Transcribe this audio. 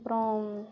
அப்றம்